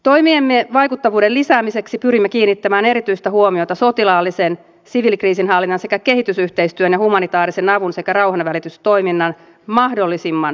toimiemme vaikuttavuuden lisäämiseksi pyrimme kiinnittämään erityistä huomiota sotilaallisen siviilikriisinhallinnan sekä kehitysyhteistyön ja humanitaarisen avun sekä rauhanvälitystoiminnan mahdollisimman saumattomaan yhteistyöhön